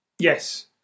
Yes